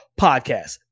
podcast